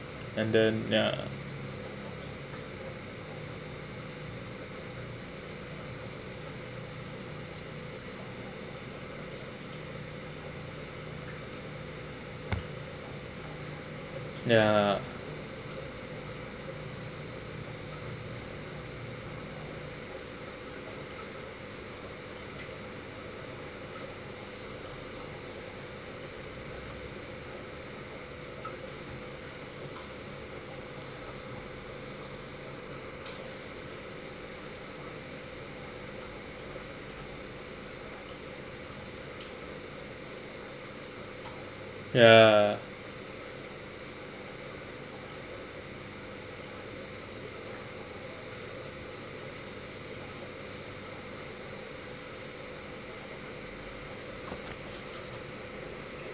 and then ya ya ya